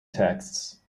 texts